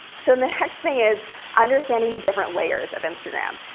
so and the next thing is understanding the different layers of instagram.